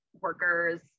workers